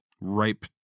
ripe